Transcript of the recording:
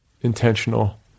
intentional